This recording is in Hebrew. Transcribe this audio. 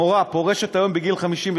מורה פורשת היום בגיל 52,